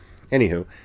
Anywho